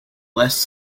less